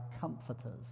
comforters